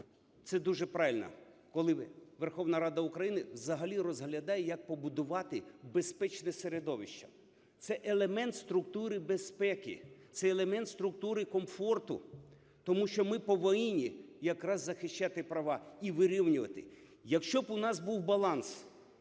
це дуже правильно, коли Верховна Рада України взагалі розглядає, як побудувати безпечне середовище. Це елемент структури безпеки, це елемент структури комфорту. Тому що ми повинні якраз захищати права і вирівнювати. Якщо б у нас був баланс